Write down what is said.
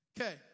Okay